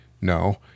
No